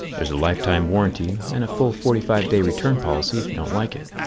there's a lifetime warranty and a full forty five day return policy if you don't like it.